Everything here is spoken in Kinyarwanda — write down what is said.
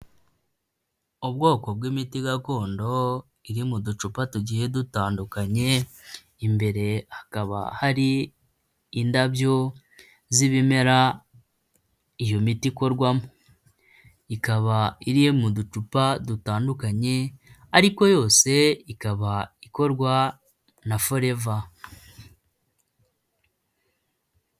Ubwoko bw'imiti gakondo iri mu ducupa tugiye dutandukanye, imbere hakaba hari indabyo z'ibimera iyo miti ikorwamo. Ikaba iri mu ducupa dutandukanye ariko yose ikaba ikorwa na foreva.